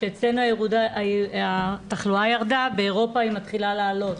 כשאצלנו התחלואה ירדה באירופה היא מתחילה לעלות.